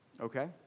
okay